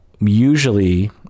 usually